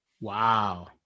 wow